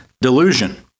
delusion